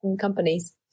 companies